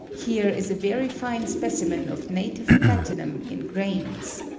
here is a very fine specimen of native platinum in grains.